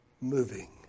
moving